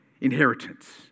inheritance